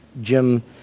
Jim